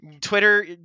Twitter